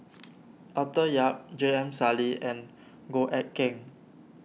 Arthur Yap J M Sali and Goh Eck Kheng